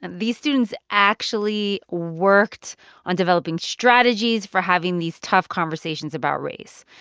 and these students actually worked on developing strategies for having these tough conversations about race.